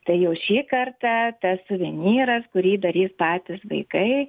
tai jau šį kartą tas suvenyras kurį darys patys vaikai